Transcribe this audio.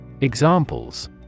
Examples